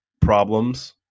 problems